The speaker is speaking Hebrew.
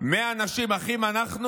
מ"אנשים אחים אנחנו"